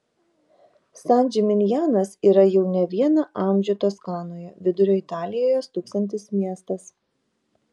san džiminjanas yra jau ne vieną amžių toskanoje vidurio italijoje stūksantis miestas